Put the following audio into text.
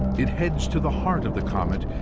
it heads to the heart of the comet,